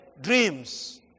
dreams